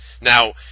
now